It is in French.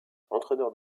entraîneur